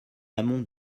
amont